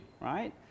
right